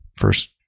first